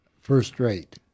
first-rate